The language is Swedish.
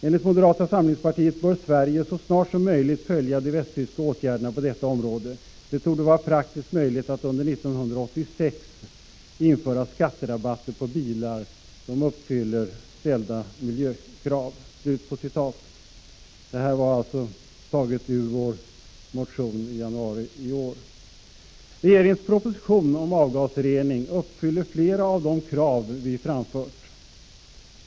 Enligt moderata samlingspartiet bör Sverige så snart som möjligt följa de västtyska åtgärderna på detta område. Det torde vara praktiskt möjligt att under 1986 införa skatterabatter på bilar, som uppfyller ställda reningskrav.” Regeringens proposition om avgasrening uppfyller flera av de krav vi framfört.